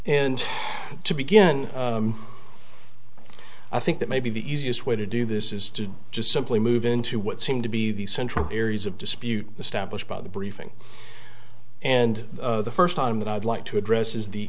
and to begin i think that maybe the easiest way to do this is to just simply move into what seem to be the central areas of dispute the stablished by the briefing and the first time that i'd like to address